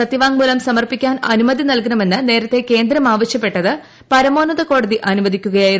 സത്യവാങ്മൂലം സമർപ്പിക്കാൻ അനുമതി നൽകണമെന്ന് ന്റേഴത്തേ കേന്ദ്രം ആവശ്യപ്പെട്ടത് പരമോന്നത കോടതി ്ടൂന്ുവദിക്കുകയായിരുന്നു